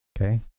Okay